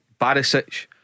Barisic